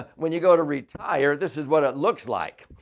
ah when you go to retire, this is what it looks like.